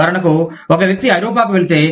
ఉదాహరణకు ఒక వ్యక్తి ఐరోపాకు వెళితే